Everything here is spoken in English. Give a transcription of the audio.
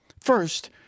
First